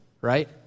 right